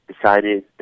decided